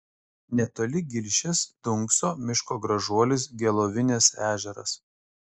netoli gilšės dunkso miško gražuolis gelovinės ežeras